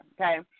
okay